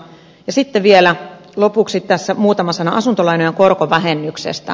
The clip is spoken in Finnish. sitten vielä lopuksi tässä muutama sana asuntolainojen korkovähennyksestä